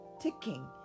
ticking